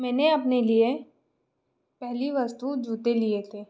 मैंने अपने लिए पहली वस्तु जूते लिए थे